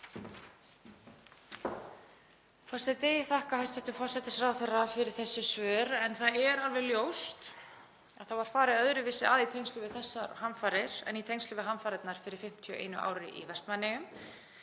forseti. Ég þakka hæstv. forsætisráðherra fyrir þessi svör en það er alveg ljóst að það var farið öðruvísi að í tengslum við þessar hamfarir en í tengslum við hamfarirnar fyrir 51 ári í Vestmannaeyjum